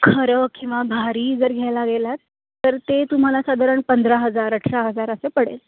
खरं किंवा भारी जर घ्यायला गेलात तर ते तुम्हाला साधारण पंधरा हजार अठरा हजार असं पडेल